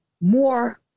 more